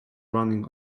running